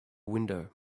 window